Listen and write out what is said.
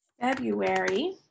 February